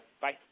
Bye